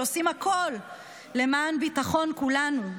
שעושים הכול למען ביטחון כולנו.